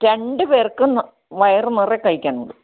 രണ്ട് പേർക്കും വയർ നിറയെ കഴിക്കാനുണ്ട്